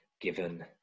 given